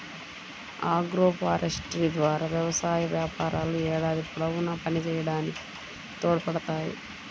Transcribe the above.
agroforestry ద్వారా వ్యవసాయ వ్యాపారాలు ఏడాది పొడవునా పనిచేయడానికి తోడ్పడతాయి